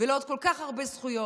ולא עוד כל כך הרבה זכויות,